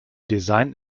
design